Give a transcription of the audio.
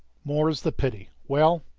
more's the pity. well,